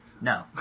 No